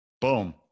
Boom